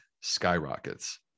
skyrockets